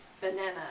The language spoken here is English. Banana